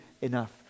enough